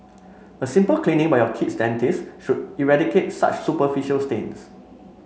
a simple cleaning by your kid's dentist should eradicate such superficial stains